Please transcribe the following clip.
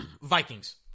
Vikings